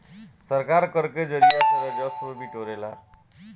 सरकार कर के जरिया से राजस्व बिटोरेला